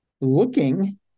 looking